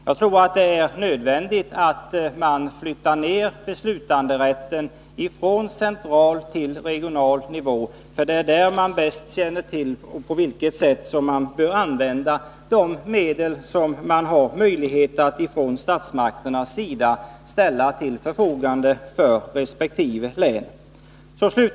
Jag tror att det är nödvändigt att flytta ner beslutanderätten ifrån central till regional nivå — för det är där som man bäst känner till på vilket sätt man bör använda de medel som statsmakterna har möjlighet att ställa till förfogande för resp. län.